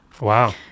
Wow